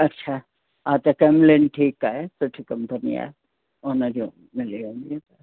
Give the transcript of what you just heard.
अच्छा हा त कैमलिन ठीकु आहे सुठी कंपनी आहे उन जो मिली वेंदी